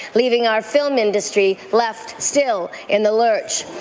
leaving our film industry left still in the lurch.